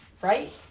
right